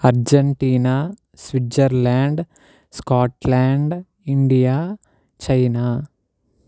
Argentina Switzerland Scotland India China